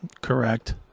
Correct